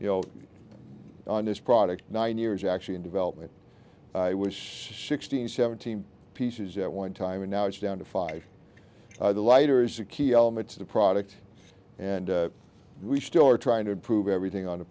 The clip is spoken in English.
you know on this product nine years actually in development i was sixteen seventeen pieces at one time and now it's down to five lighters a key element to the product and we still are trying to improve everything on